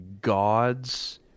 God's